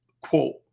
quote